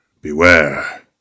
Beware